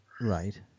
Right